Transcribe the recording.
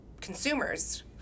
consumers